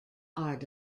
are